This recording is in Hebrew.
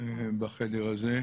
בחדר הזה.